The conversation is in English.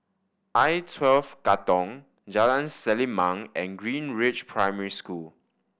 I Twelve Katong Jalan Selimang and Greenridge Primary School